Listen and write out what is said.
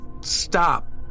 Stop